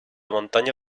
montaña